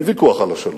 אין ויכוח על השלום.